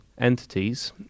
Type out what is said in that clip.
entities